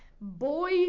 boy